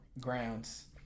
grounds